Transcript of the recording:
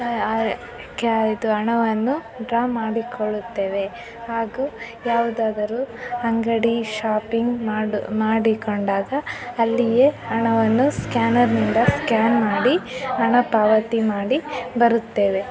ಇದು ಹಣವನ್ನು ಡ್ರಾ ಮಾಡಿಕೊಳ್ಳುತ್ತೇವೆ ಹಾಗೂ ಯಾವುದಾದರೂ ಅಂಗಡಿ ಶಾಪಿಂಗ್ ಮಾಡ್ ಮಾಡಿಕೊಂಡಾಗ ಅಲ್ಲಿಯೇ ಹಣವನ್ನು ಸ್ಕ್ಯಾನರ್ನಿಂದ ಸ್ಕ್ಯಾನ್ ಮಾಡಿ ಹಣ ಪಾವತಿ ಮಾಡಿ ಬರುತ್ತೇವೆ